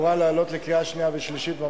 אמורה לעלות לקריאה שנייה ושלישית,